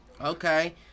okay